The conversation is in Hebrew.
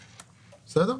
בסדר.